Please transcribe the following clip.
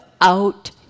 out